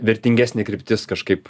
vertingesnė kryptis kažkaip